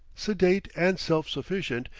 sedate and self-sufficient,